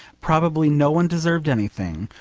probably no one deserved anything.